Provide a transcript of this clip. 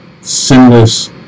sinless